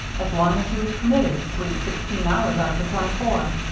as long as he was permitted to sleep sixteen hours out of the twenty-four.